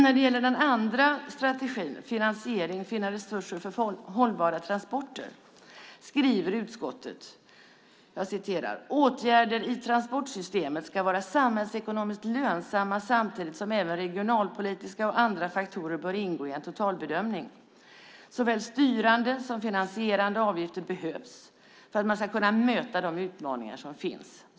När det gäller den andra strategin, finansiering - finna resurser för hållbara transporter, skriver utskottet: "Åtgärder i transportsystemet ska . vara samhällsekonomiskt lönsamma samtidigt som även regionalpolitiska och andra faktorer bör ingå i en totalbedömning. Såväl styrande som finansierande avgifter behövs för att man ska kunna möta de utmaningar som finns."